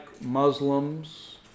Muslims